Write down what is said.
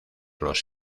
los